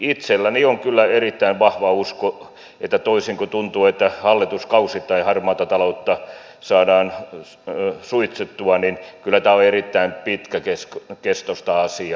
itselläni on kyllä erittäin vahva usko toisin kuin tuntuu että hallituskausittain harmaata taloutta saadaan suitsittua että kyllä tämä on erittäin pitkäkestoista asiaa